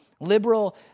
liberal